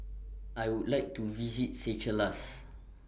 I Would like to visit Seychelles